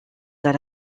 dans